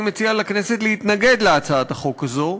אני מציע לכנסת להתנגד להצעת החוק הזו,